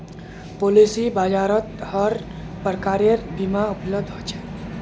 policy बाजारत हर प्रकारेर बीमा उपलब्ध छेक